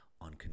on